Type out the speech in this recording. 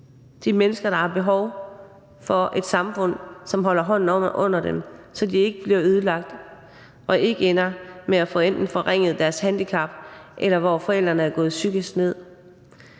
de mennesker, der har behov for et samfund, som holder hånden under dem, så der ikke sker det, at de bliver ødelagt, ender med at få forringet deres handicap, eller at forældrene går psykisk ned.